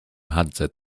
hunted